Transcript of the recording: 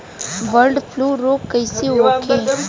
Bird flu रोग कईसे होखे?